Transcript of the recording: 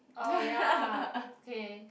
oh ya okay